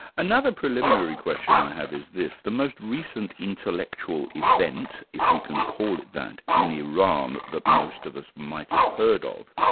another preliminary question i have is this the most recent intellectual event, if we can call it that, in iran that most of us might have heard of,